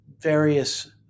various